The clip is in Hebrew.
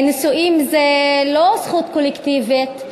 נישואים זה לא זכות קולקטיבית,